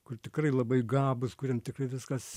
kur tikrai labai gabūs kuriem tikrai viskas